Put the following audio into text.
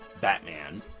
Batman